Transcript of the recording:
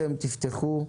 אתם תפתחו.